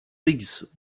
these